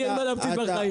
אין לי מה להפסיד בחיים.